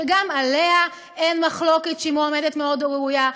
שגם עליה אין מחלוקת שהיא מועמדת מאוד ראויה,